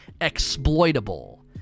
exploitable